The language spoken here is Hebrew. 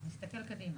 נסתכל קדימה.